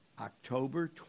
October